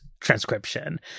Transcription